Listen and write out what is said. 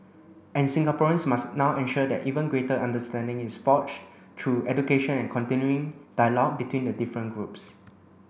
and Singaporeans must now ensure that even greater understanding is forged through education and continuing dialogue between the different groups